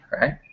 right